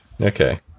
Okay